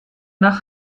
nach